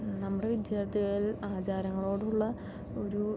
നമ്മുട വിദ്യാർത്ഥികളിൽ ആചാരങ്ങളോടുള്ള ഒരു